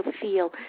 feel